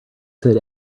said